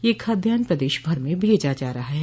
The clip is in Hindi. यह खाद्यान प्रदेश भर में भेजा रहा है